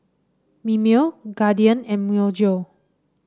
Mimeo Guardian and Myojo